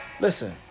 Listen